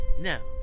now